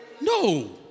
No